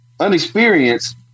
Unexperienced